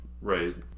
Right